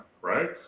right